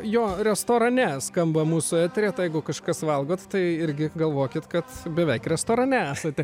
jo restorane skamba mūsų etery tai jeigu kažkas valgot tai irgi galvokit kad beveik restorane esate